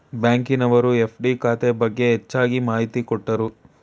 ಬ್ಯಾಂಕಿನವರು ಎಫ್.ಡಿ ಖಾತೆ ಬಗ್ಗೆ ಹೆಚ್ಚಗೆ ಮಾಹಿತಿ ಕೊಟ್ರು